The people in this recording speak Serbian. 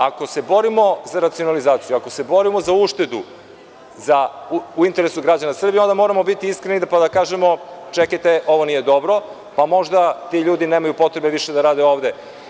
Ako se borimo za racionalizaciju, za uštedu, i to u interesu građana Srbije, onda moramo biti iskreni pa da kažemo, čekajte, ovo nije dobro, možda ti ljudi nemaju više potrebe da rade ovde.